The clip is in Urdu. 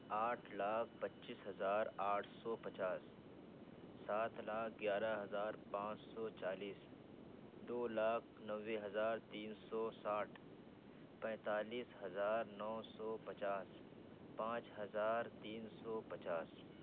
آٹھ لاکھ پچیس ہزار آٹھ سو پچاس سات لاکھ گیارہ ہزار پانچ سو چالیس دو لاکھ نوے ہزار تین سو ساٹھ پینتالیس ہزار نو سو پچاس پانچ ہزار تین سو پچاس